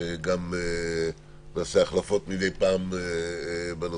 גם נעשה החלפות מדי פעם בנושאים,